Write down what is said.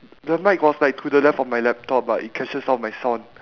the mic was like to the left of my laptop but it catches all my sound